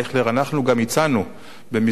אנחנו גם הצענו במסגרת,